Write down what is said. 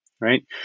right